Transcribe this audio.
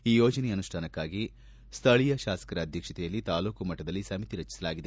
ಈ ಯೋಜನೆಯ ಅನುಷ್ಠಾನಕ್ಕಾಗಿ ಸ್ಥಳೀಯ ಶಾಸಕರ ಅಧ್ಯಕ್ಷತೆಯಲ್ಲಿ ತಾಲ್ಲೂಕು ಮಟ್ಟದಲ್ಲಿ ಸಮಿತಿಯನ್ನು ರಚಿಸಲಾಗಿದೆ